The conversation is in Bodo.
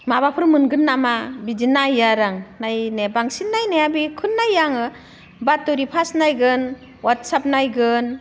माबाफोर मोनगोन नामा बिदि नायो आरो आं नायनाया बांसिन बेखौनो नायो आङो बात'रि फार्स्ट नायगोन अवाट्सएप नायगोन